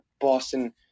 Boston